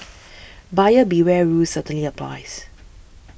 buyer beware rule certainly applies